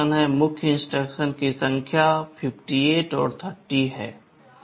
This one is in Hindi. मुख्य इंस्ट्रक्शन की संख्या 58 और 30 है